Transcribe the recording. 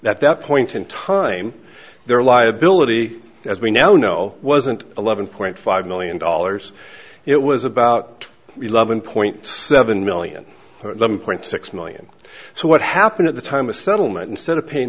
that that point in time their liability as we now know wasn't eleven point five million dollars it was about eleven point seven million of them point six million so what happened at the time a settlement instead of paying